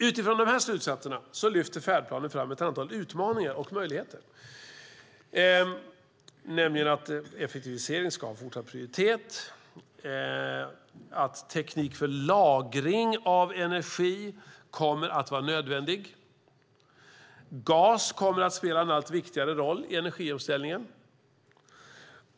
Utifrån dessa slutsatser lyfter färdplanen fram ett antal utmaningar och möjligheter, nämligen att effektivisering ska ha fortsatt prioritet och att teknik för lagring av energi kommer att vara nödvändig. Gas kommer att spela en allt viktigare roll i energiomställningen.